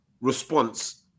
response